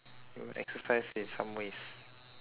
we will exercise in some ways